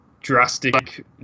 drastic